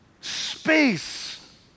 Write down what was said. space